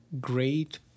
great